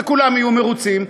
וכולם יהיו מרוצים.